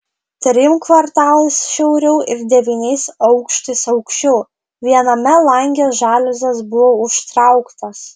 trim kvartalais šiauriau ir devyniais aukštais aukščiau viename lange žaliuzės buvo užtrauktos